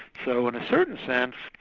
so in a certain sense,